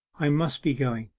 i must be going.